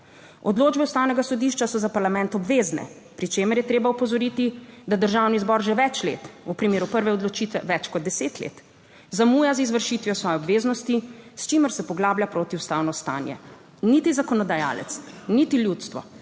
Odločbe Ustavnega sodišča so za parlament obvezne, pri čemer je treba opozoriti, da državni zbor že več let, v primeru prve odločitve več kot deset let, zamuja z izvršitvijo svoje obveznosti, s čimer se poglablja protiustavno stanje. Niti zakonodajalec niti ljudstvo